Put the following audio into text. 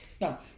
Now